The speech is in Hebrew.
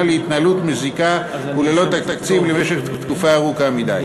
להתנהלות מזיקה וללא תקציב למשך תקופה ארוכה מדי.